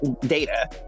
data